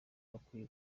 bakwiye